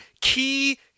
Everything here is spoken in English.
key